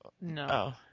No